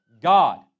God